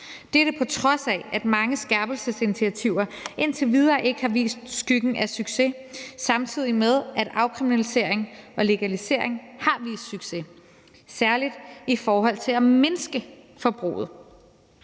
dette, på trods af at mange skærpelsesinitiativer indtil videre ikke har vist skyggen af succes, samtidig med at afkriminalisering og legalisering har vist succes, særlig i forhold til at mindske forbruget.